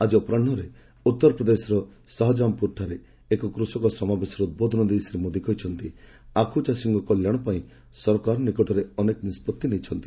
ଆଜି ଅପରାହୁରେ ଉତ୍ତର ପ୍ରଦେଶର ଶାହାଜାହାଁପୁରଠାରେ ଏକ କୃଷକ ସମାବେଶରେ ଉଦ୍ବୋଧନ ଦେଇ ଶ୍ରୀ ମୋଦି କହିଛନ୍ତି ଆଖୁଚାଷୀଙ୍କ କଲ୍ୟାଣ ପାଇଁ ସରକାର ନିକଟରେ ଅନେକ ନିଷ୍କଭି ନେଇଛନ୍ତି